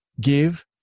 give